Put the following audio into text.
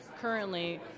currently